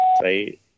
Say